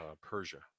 Persia